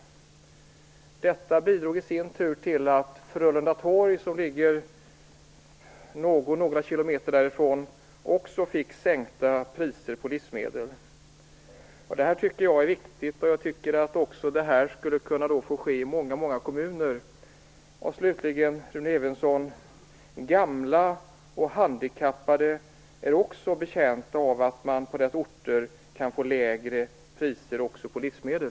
Detta bidrog till att Frölunda Torg, som ligger några kilometer därifrån, också fick sänkta priser på livsmedel. Det här tycker jag är viktigt, och jag tycker att det borde kunna få ske i många kommuner. Slutligen, Rune Evensson: Gamla och handikappade är också betjänta av att man på deras orter kan få lägre priser på livsmedel.